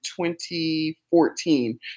2014